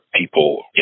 people